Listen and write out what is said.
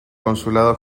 consulado